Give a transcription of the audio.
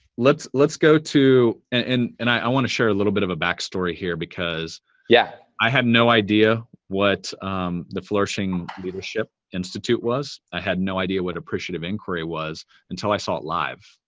let's let's go to and and i wanna share a little bit of a backstory here because yeah i had no idea what the flourishing leadership institute was, i had no idea what appreciative inquiry was until i saw it live.